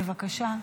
בבקשה.